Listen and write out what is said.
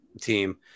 team